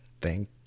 Thank